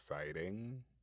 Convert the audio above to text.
exciting